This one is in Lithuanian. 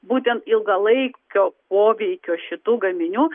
būtent ilgalaikio poveikio šitų gaminių